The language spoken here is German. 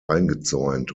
eingezäunt